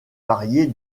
varier